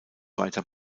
weiter